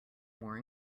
more